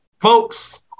folks